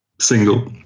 single